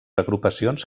agrupacions